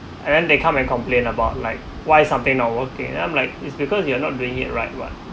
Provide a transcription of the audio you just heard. and then they come and complain about like why something not working I'm like it's because you are not doing it right [what]